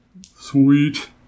Sweet